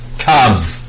Come